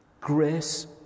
Grace